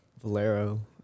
Valero